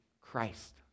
Christ